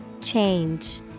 Change